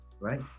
right